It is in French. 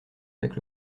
avec